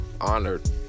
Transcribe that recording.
honored